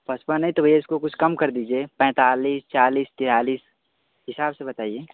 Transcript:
पचपन है तो भैया इसको कुछ कम कर दीजिए पैँतालिस चालीस तैंतालिस हिसाब से बताइए